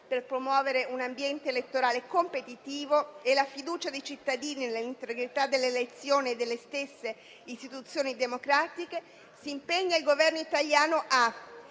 per promuovere un ambiente elettorale competitivo e la fiducia dei cittadini e l'integrità delle elezioni e delle stesse istituzioni democratiche, si impegna il Governo italiano: a